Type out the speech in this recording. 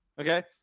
Okay